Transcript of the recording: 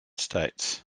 states